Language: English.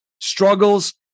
struggles